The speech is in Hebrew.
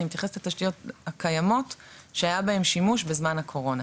אני מתייחסת לתשתיות הקיימות שהיה בהן שימוש בזמן הקורונה.